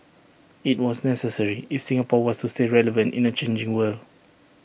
IT was necessary if Singapore was to stay relevant in A changing world